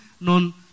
known